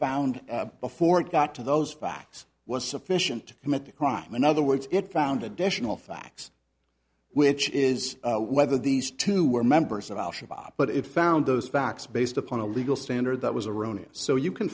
found before it got to those facts was sufficient to commit the crime in other words it found additional facts which is whether these two were members of al shabaab but it found those facts based upon a legal standard that was a rumor so you can